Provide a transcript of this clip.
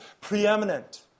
preeminent